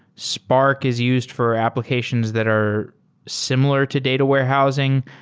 spark is used for applications that are similar to data warehousing.